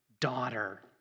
daughter